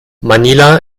manila